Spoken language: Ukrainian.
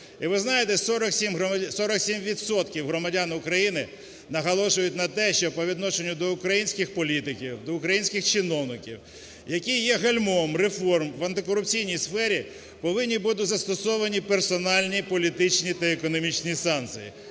І ви знаєте, 47 відсотків громадян України наголошують на те, що по відношенню до українських політиків, до українських чиновників, які є гальмом реформ в антикорупційній сфері, повинні бути застосовані персональні політичні та економічні санкції.